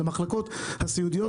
למחלקות הסיעודיות,